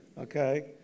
Okay